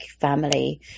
family